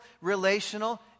relational